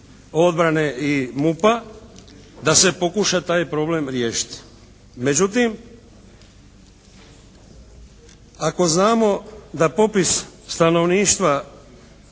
obrane i MUP-a da se pokuša taj problem riješiti. Međutim, ako znamo da popis stanovništva